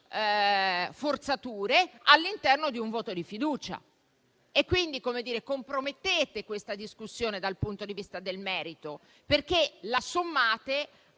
forzature, all'interno di un voto di fiducia. Quindi compromettete questa discussione dal punto di vista del merito, perché la sommate